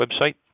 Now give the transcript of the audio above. website